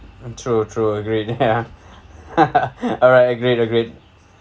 hmm true true agreed ya alright agreed agreed